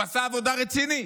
והוא עשה עבודה רצינית,